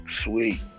Sweet